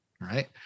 right